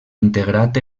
integrat